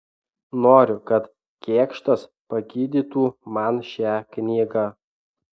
noriu kad kėkštas pagydytų man šią knygą